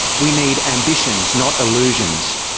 we need ambitions, not illusions.